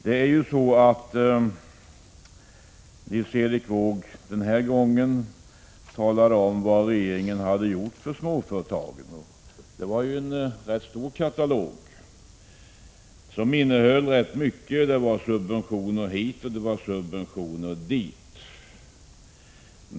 Den här gången talade Nils Erik Wååg om vad regeringen har gjort för småföretagen, och det var ju en rätt stor katalog som innehöll mycket. Det var subventioner hit och subventioner dit.